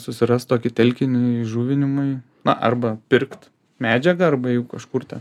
susirast tokį telkinį įžuvinimui na arba pirkt medžiagą arba jau kažkur ten